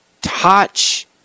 touch